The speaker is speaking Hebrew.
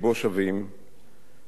איש ערכי ואכפתי,